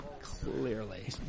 Clearly